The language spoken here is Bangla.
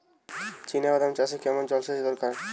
চিনাবাদাম চাষে কেমন জলসেচের দরকার?